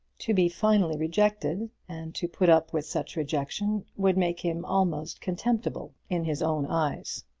to be finally rejected, and to put up with such rejection, would make him almost contemptible in his own eyes.